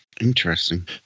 Interesting